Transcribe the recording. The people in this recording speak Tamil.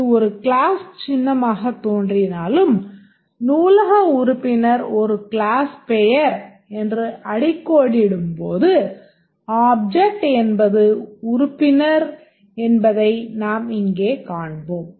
இது ஒரு க்ளாஸ் சின்னமாகத் தோன்றினாலும் நூலக உறுப்பினர் ஒரு க்ளாஸ் பெயர் என்று அடிக்கோடிடும்போது ஆப்ஜெக்ட் என்பது உறுப்பினர் என்பதை நாம் இங்கே காண்போம்